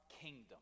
kingdom